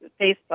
Facebook